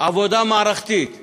עבודה מערכתית